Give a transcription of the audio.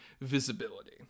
visibility